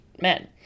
men